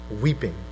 Weeping